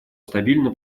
стабильно